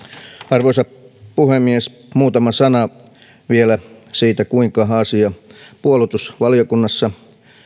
arvoisa puhemies muutama sana vielä siitä kuinka asia puolustusvaliokunnassa